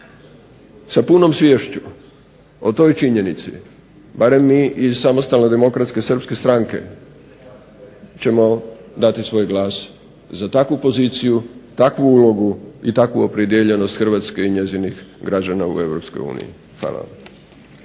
sa punom sviješću o toj činjenici, barem mi iz SDSS-a ćemo dati svoj glas za takvu poziciju, takvu ulogu i takvu opredijeljenost Hrvatske i njezinih građana u EU. Hvala.